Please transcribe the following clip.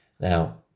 Now